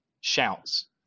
shouts